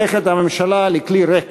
הממשלה הופכת לכלי ריק